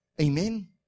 Amen